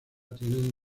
tienen